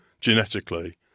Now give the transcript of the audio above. genetically